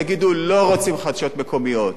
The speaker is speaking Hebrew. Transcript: תגידו לא רוצים חדשות מקומיות,